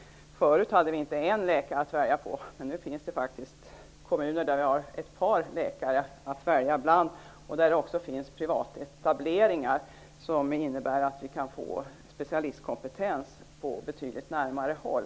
Förut hade vi inte en läkare att välja på, nu finns det kommuner där vi har ett par läkare att välja emellan. Där finns också privatetableringar, vilket innebär att vi kan få specialistkompetens på betydligt närmare håll.